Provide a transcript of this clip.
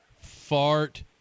fart